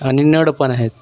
आणि नळ पण आहेत